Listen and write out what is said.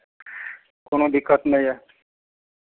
कोनो दिक्कत नहि यए